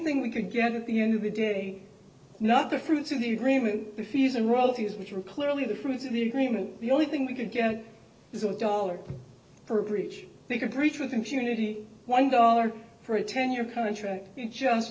thing we could get at the end of the day not the fruits of the agreement fees and royalties which were clearly the fruits of the agreement the only thing we could get is a dollar for each they could reach with impunity one dollar for a ten year contract it just